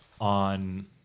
on